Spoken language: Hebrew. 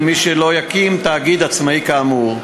למי שלא יקים תאגיד עצמאי כאמור.